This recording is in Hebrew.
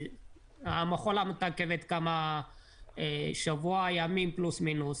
המכולה מתעכבת כמה שבועות, שבוע ימים פלוס מינוס,